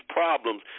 problems